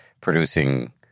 producing